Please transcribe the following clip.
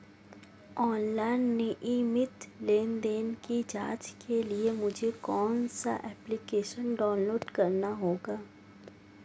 Online नियमित लेनदेन की जांच के लिए मुझे कौनसा एप्लिकेशन डाउनलोड करना होगा?